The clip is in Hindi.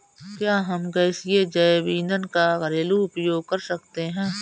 क्या हम गैसीय जैव ईंधन का घरेलू उपयोग कर सकते हैं?